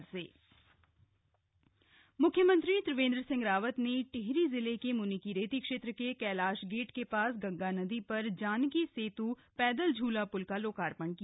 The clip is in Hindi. झला पल लोकार्पण म्ख्यमंत्री त्रिवेन्द्र सिंह रावत ने टिहरी जिले के म्निकीरेती क्षेत्र के कैलाशगेट के पास गंगा नदी पर जानकी सेत् पैदल झूला प्ल का लोकार्पण किया